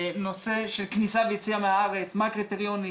נושא של כניסה ויציאה מהארץ, מה הקריטריונים,